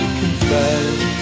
confess